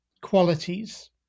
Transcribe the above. qualities